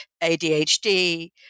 ADHD